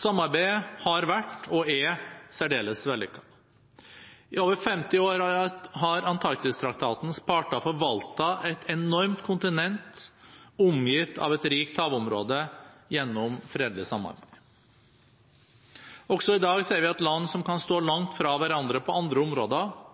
Samarbeidet har vært – og er – særdeles vellykket. I over 50 år har Antarktistraktatens parter forvaltet et enormt kontinent omgitt av et rikt havområde gjennom fredelig samarbeid. Også i dag ser vi at land som kan stå langt fra hverandre på andre områder,